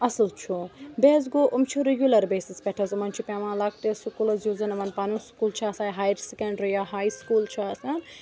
اَصٕل چھُ بیٚیہِ حظ گوٚو یِم چھِ رِگیوٗلَر بیسَس پٮ۪ٹھ حظ یِمَن چھِ پٮ۪وان لۄکٹِس سکوٗلَس یُس زَن یِمَن پَنُن سکوٗل چھِ آسان یا ہایَر سٮ۪کنٛڈرٛی یا ہَے سکوٗل چھُ آسان